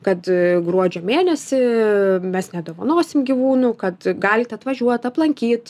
kad gruodžio mėnesį mes nedovanosim gyvūnų kad galit atvažiuot aplankyt